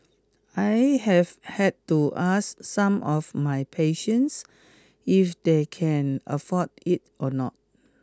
I have had to ask some of my patients if they can afford it or not